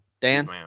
Dan